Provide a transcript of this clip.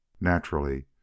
Naturally